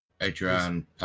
Adrian